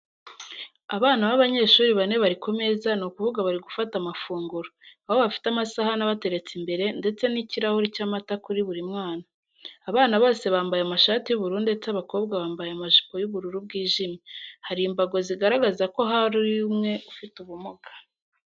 Abana b'abanyeshuri bane bari kumeza ni ukuvuga bari gufata amafunguro, aho bafite amasahane abateretse imbere ndetse n'ikirahuri cy'amata kuri buri mwana. Abana bose bambaye amashati y'ubururu ndetse abakobwa bambaye amajipo y'ubururu bwijimye, hari imbago zigaragaza ko hari umwe ufite ubumuga.